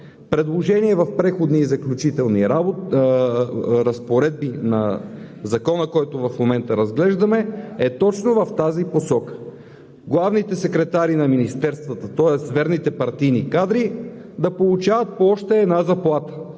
Предложението в Преходните и заключителни разпоредби на Закона, който в момента разглеждаме, е точно в тази посока – главните секретари на министерствата, тоест верните партийни кадри да получават още една заплата,